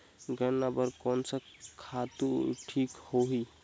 गन्ना बार कोन सा खातु ठीक होही?